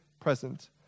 present